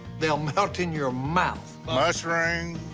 they'll melt in your mouth. mushrooms.